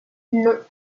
non